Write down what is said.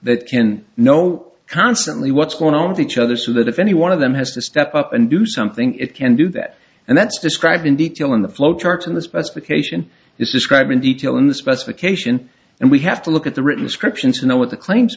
that can no constantly what's going on with each other so that if any one of them has to step up and do something it can do that and that's described in detail in the flow chart in the specification is a scribe in detail in the specification and we have to look at the written descriptions to know what the claims